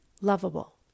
lovable